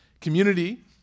community